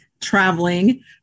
traveling